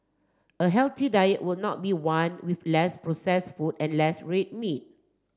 a healthy diet would not be one with less processed food and less red meat